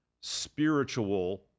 spiritual